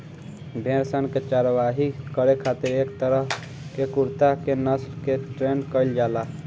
भेड़ सन के चारवाही करे खातिर एक तरह के कुत्ता के नस्ल के ट्रेन्ड कईल जाला